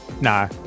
no